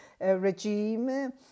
regime